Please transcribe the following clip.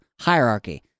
Hierarchy